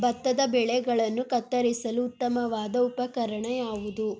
ಭತ್ತದ ಬೆಳೆಗಳನ್ನು ಕತ್ತರಿಸಲು ಉತ್ತಮವಾದ ಉಪಕರಣ ಯಾವುದು?